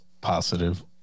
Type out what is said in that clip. positive